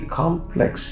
complex